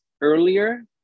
earlier